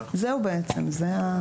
זהו בעצם.